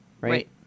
Right